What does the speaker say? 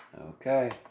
Okay